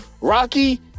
Rocky